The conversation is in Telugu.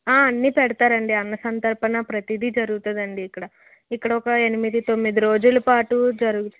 అన్నీపెడతారండి అన్న సంతర్పణ ప్రతిదీ జరుగుతుంది అండి ఇక్కడ ఒక ఎనిమిది తొమ్మిది రోజుల పాటు జరుగుతు